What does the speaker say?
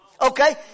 okay